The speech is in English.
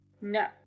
No